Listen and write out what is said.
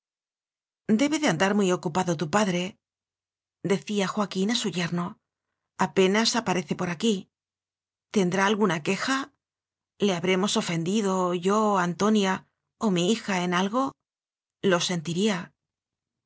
debe de andar muy ocupado tu padre decía joaquín a su yerno apenas parece por aquí tendrá alguna queja le habremos ofendido yo antonia o mi hija en algo lo sentiría